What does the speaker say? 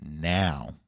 now